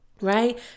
right